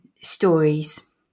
stories